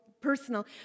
personal